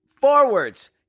Forwards